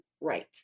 right